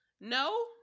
No